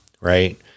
right